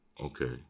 Okay